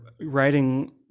writing